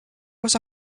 was